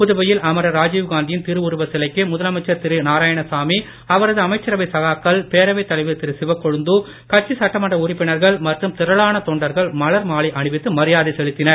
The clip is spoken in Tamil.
புதுவையில் அமரர் ராஜிவ்காந்தியின் திருவுருவ சிலைக்கு முதலமைச்சர் திரு நாராயணசாமி அவரது அமைச்சரவை சகாக்கள் பேரவைத் தலைவர் திரு சிவக்கொழுந்து கட்சி சட்டமன்ற உறுப்பினர்கள் மற்றும் திரளான தொண்டர்கள் மலர் மாலை அணிவித்து மரியாதை செலுத்தினர்